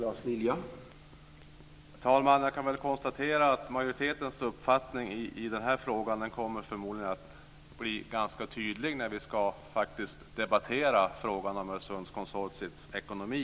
Herr talman! Jag kan väl konstatera att majoritetens uppfattning i den här frågan förmodligen kommer att bli ganska tydlig när vi ska debattera frågan om Öresundskonsortiets ekonomi.